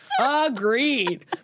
Agreed